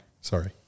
Sorry